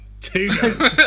Two